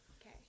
okay